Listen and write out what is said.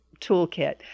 Toolkit